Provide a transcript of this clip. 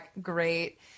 great